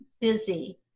busy